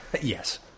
Yes